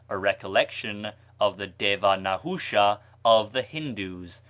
a recollection of the deva-nahusha of the hindoos,